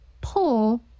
pull